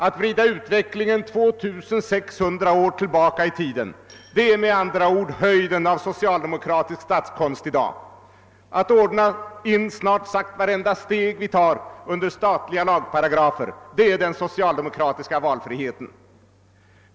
Att vrida utvecklingen 2600 år tillbaka i tiden är med andra ord höjden av socialdemokratiskt statsskick i dag. Att ordna in snart sagt varenda steg vi tar under statliga lagparagrafer, det är den socialdemokratiska valfriheten.